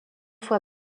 fois